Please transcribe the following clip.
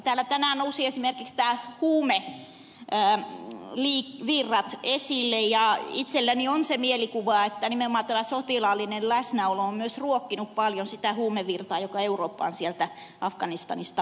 täällä tänään nousivat esimerkiksi nämä huumevirrat esille ja itselläni on se mielikuva että nimenomaan tämä sotilaallinen läsnäolo on myös ruokkinut paljon sitä huumevirtaa joka eurooppaan sieltä afganistanista valuu